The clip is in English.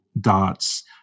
dots